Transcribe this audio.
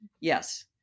Yes